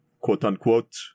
quote-unquote